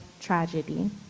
tragedy